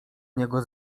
niego